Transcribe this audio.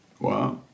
Wow